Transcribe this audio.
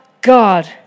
God